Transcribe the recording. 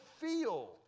feel